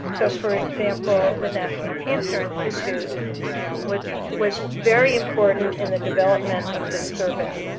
so, for example, the national cancer institute was was very important in the development of this survey.